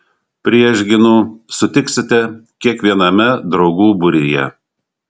priešgynų sutiksite kiekviename draugų būryje